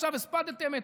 עכשיו הספדתם,